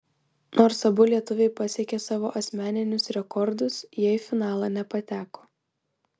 nors abu lietuviai pasiekė savo asmeninius rekordus jie į finalą nepateko